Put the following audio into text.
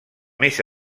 més